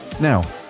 now